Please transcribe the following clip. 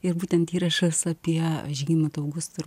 ir būtent įrašas apie žygimanto augusto ir